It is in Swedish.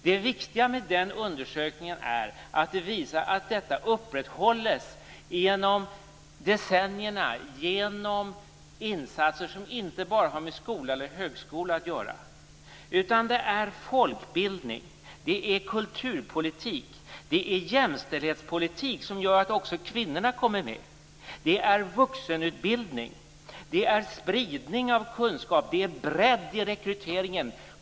Det viktiga med undersökningen är att den visar att detta upprätthålles genom decennierna medelst insatser som inte bara har med skola eller högskola att göra utan som också har att göra med folkbildning, kulturpolitik, jämställdhetspolitik - denna gör att också kvinnorna kommer med - vuxenutbildning, spridning av kunskap och bredd i rekryteringen.